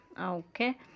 Okay